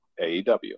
AEW